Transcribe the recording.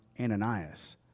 Ananias